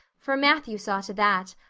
for matthew saw to that,